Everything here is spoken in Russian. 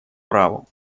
праву